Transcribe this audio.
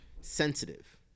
sensitive